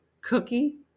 cookie